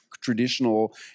traditional